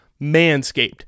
Manscaped